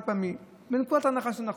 נצא מנקודת הנחה שזה נכון,